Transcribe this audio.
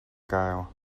gael